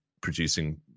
producing